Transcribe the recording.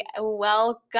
Welcome